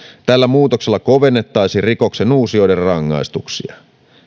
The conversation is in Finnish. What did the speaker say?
tällä muutoksella kovennettaisiin rikoksenuusijoiden rangaistuksia